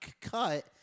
cut